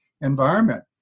environment